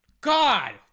God